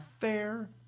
fair